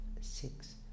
six